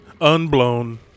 Unblown